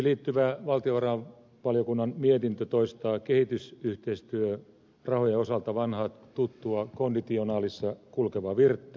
budjettiin liittyvä valtiovarainvaliokunnan mietintö toistaa kehitysyhteistyörahojen osalta vanhaa tuttua konditionaalissa kulkevaa virttä